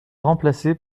remplacé